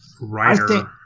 writer